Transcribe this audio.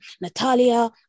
Natalia